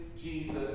Jesus